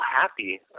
happy